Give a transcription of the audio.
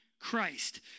Christ